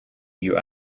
you